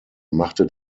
machte